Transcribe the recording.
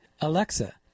Alexa